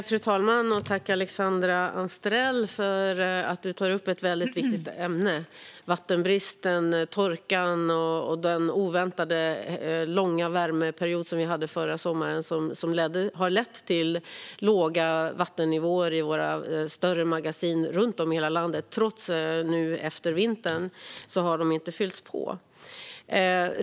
Fru talman! Tack för att du tar upp ett väldigt viktigt ämne, Alexandra Anstrell! Torkan och den oväntat långa värmeperiod som vi hade förra sommaren har lett till låga vattennivåer i våra större magasin runt om i hela landet. Inte ens nu efter vintern har de fyllts på.